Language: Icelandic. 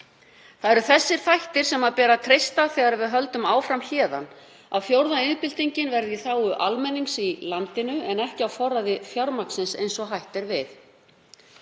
Þessa þætti ber að treysta þegar við höldum áfram héðan, að fjórða iðnbyltingin verði í þágu almennings í landinu en ekki á forræði fjármagnsins eins og hætt er við.